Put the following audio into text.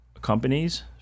companies